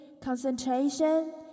concentration